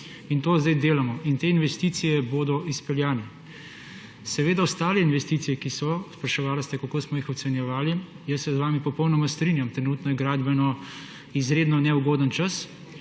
In to zdaj delamo in te investicije bodo izpeljane. Ostale investicije, ki so – spraševali ste, kako smo jih ocenjevali –, jaz se z vami popolnoma strinjam. Trenutno je gradbeno izredno neugoden čas,